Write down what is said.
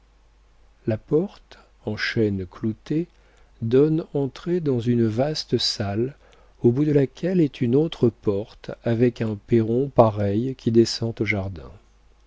la porte en chêne clouté donne entrée dans une vaste salle au bout de laquelle est une autre porte avec un perron pareil qui descend au jardin